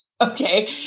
okay